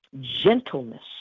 gentleness